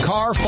Car